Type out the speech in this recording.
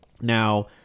now